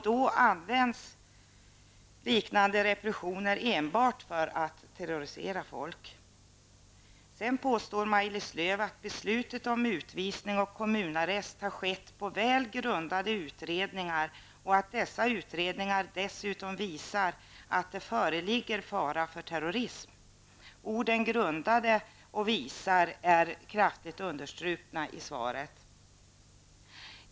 Då används liknande repressioner enbart för att terrorisera människor. Sedan påstår Maj-Lis Lööw att beslutet om utvisning och kommunarrest har skett på väl grundade utredningar och att dessa utredningar dessutom visar att det föreligger fara för terrorism. Orden ''grundade'' och ''visar'' är kraftigt understrukna i svaret.